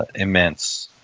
immense.